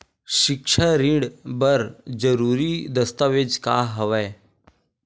सिक्छा ऋण बर जरूरी दस्तावेज का हवय?